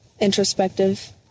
introspective